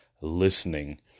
listening